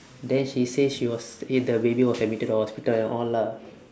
then she say she was in the review of admitted to hospital and all lah